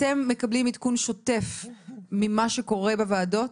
אתם מקבלים עדכון שוטף ממה שקורה בוועדות?